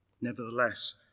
Nevertheless